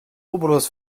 obolus